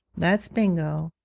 that's bingo.